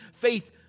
Faith